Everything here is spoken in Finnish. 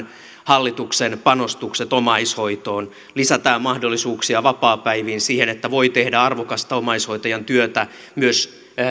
hallituksen panostukset omaishoitoon lisätään mahdollisuuksia vapaapäiviin siihen että voi tehdä arvokasta omaishoitajan työtä myös